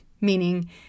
meaning